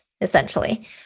essentially